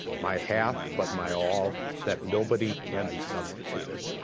my half but my all that nobody can be substituted.